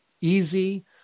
easy